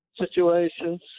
situations